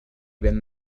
ben